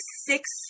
six